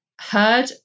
heard